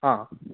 ಹಾಂ